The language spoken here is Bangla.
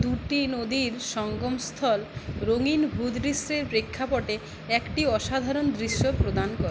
দুটি নদীর সঙ্গমস্থল রঙিন ভূদৃশ্যের প্রেক্ষাপটে একটি অসাধারণ দৃশ্য প্রদান করে